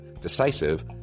decisive